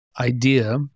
idea